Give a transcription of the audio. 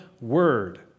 word